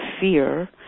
fear